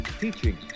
teaching